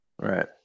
Right